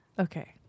Okay